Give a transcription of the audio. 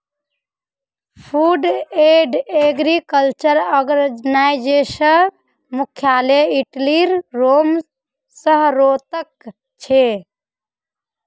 food and agriculture आर्गेनाईजेशनेर मुख्यालय इटलीर रोम शहरोत छे